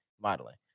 modeling